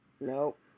Nope